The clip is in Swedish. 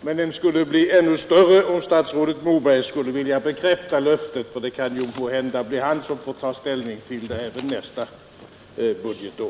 men den skulle bli ännu större om statsrådet Moberg skulle vilja bekräfta löftet. Det kan ju måhända bli han som får ta ställning till det här ärendet nästa budgetår.